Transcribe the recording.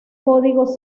códigos